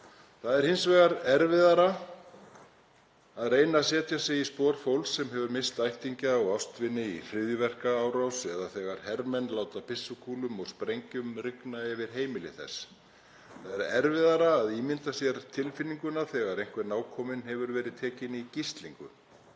Það er hins vegar erfiðara að reyna að setja sig í spor fólks sem hefur misst ættingja og ástvini í hryðjuverkaárás eða þegar hermenn láta byssukúlum og sprengjum rigna yfir heimili þess. Það er erfiðara að ímynda sér tilfinninguna þegar einhver nákominn hefur verið tekinn í gíslingu.